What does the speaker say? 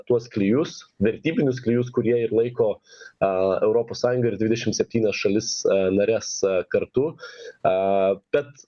tuos klijus vertybinius klijus kurie ir laiko a europos sąjungą ir dvidešimt septynias šalis nares kartu a bet